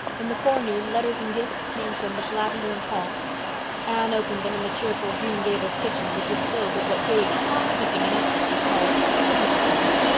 in the forenoon letters and gifts came from miss lavendar and paul anne opened them in the cheerful green gables kitchen, which was filled with what davy, sniffing in ecstasy, called pretty smells.